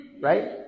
Right